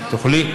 תוכלי,